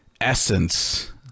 essence